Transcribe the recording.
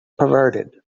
perverted